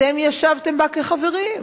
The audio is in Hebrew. אתם ישבתם בה כחברים.